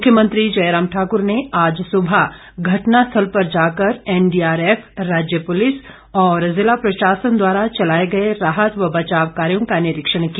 मुख्यमंत्री जयराम ठाकुर ने आज सुबह घटनास्थल पर जाकर एनडीआरएफ राज्य पुलिस और जिला प्रशासन द्वारा चलाए गए राहत व बचाव कार्यों का निरीक्षण किया